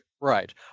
Right